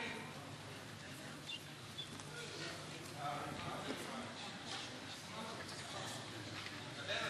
כבוד